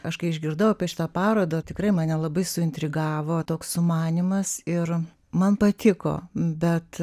aš kai išgirdau apie šitą parodą tikrai mane labai suintrigavo toks sumanymas ir man patiko bet